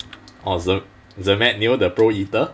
orh zer~ zermatt neo the pro eater